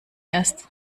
erst